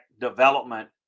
development